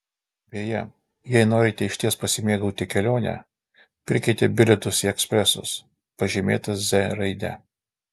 beje jei norite išties pasimėgauti kelione pirkite bilietus į ekspresus pažymėtus z raide